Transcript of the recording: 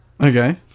okay